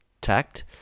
tact